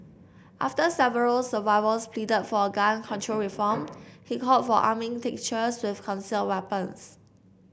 after several survivors pleaded for gun control reform he called for arming teachers with concealed weapons